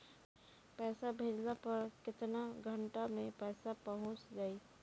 पैसा भेजला पर केतना घंटा मे पैसा चहुंप जाई?